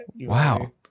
Wow